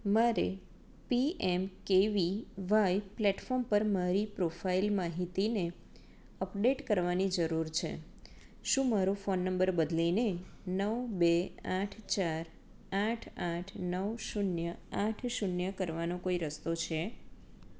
મારે P M K V Y platform પર મારી પ્રોફાઇલ માહિતીને અપડેટ કરવાની જરૂર છે શું મારો ફોન નંબર બદલીને નવ બે આઠ ચાર આઠ આઠ નવ શૂન્ય આઠ શૂન્ય કરવાનો કોઈ રસ્તો છે